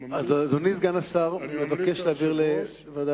אז אדוני סגן השר מבקש להעביר את זה לוועדת,